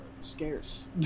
scarce